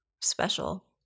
special